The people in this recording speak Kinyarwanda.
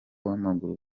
w’amaguru